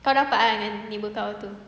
kau rapat ah dengan neighbour kau tu